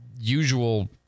usual